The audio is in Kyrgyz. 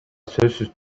сөзсүз